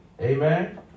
Amen